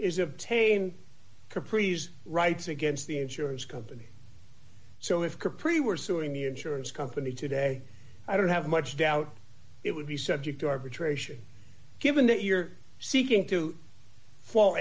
capris rights against the insurance company so if capri were suing the insurance company today i don't have much doubt it would be subject to arbitration given that you're seeking to fall